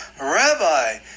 Rabbi